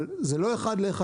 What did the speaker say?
אבל זה לא אחד לאחד.